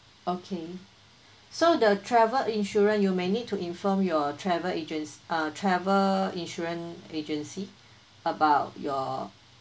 okay so the travel insurance you may need to inform your travel agents uh travel insurance agency about your